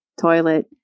toilet